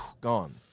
gone